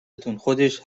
تون، خودش